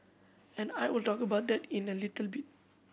and I will talk about that in a little bit